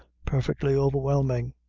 perfectly overwhelming.